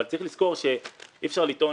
אבל צריך לזכור שאי אפשר לטעון